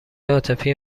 عاطفی